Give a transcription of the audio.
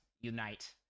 Unite